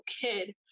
kid